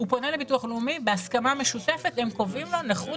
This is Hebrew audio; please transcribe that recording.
הוא פונה לביטוח הלאומי ובהסכמה משותפת הם קובעים לו נכות